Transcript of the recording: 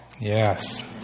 Yes